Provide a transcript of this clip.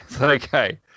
Okay